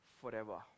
forever